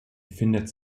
findet